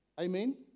Amen